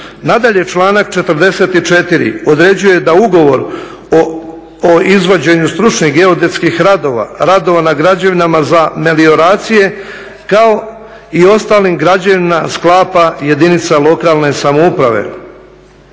Nadalje, članak 44. određuje da ugovor o izvođenju stručnih geodetskih radova, radova na građevinama za melioracije, kao i ostalim građevinama sklapa jedinica lokalne samouprave,